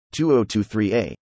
2023a